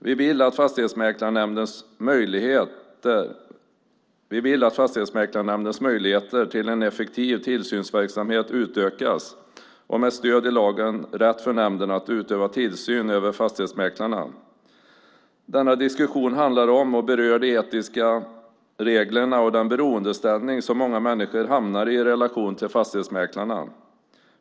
Vi vill att Fastighetsmäklarnämndens möjligheter till en effektiv tillsynsverksamhet utökas och att nämnden med stöd i lagen får rätt att utöva tillsyn över fastighetsmäklarna. Denna diskussion handlar om och berör de etiska reglerna och den beroendeställning som många människor hamnar i i relation till fastighetsmäklarna.